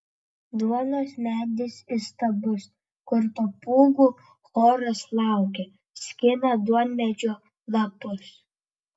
duonos medis įstabus kur papūgų choras laukia skina duonmedžio lapus